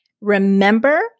Remember